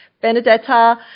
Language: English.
Benedetta